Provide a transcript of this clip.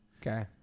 Okay